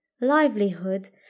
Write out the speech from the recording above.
livelihood